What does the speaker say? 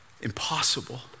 impossible